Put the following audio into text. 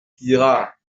pirard